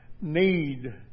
need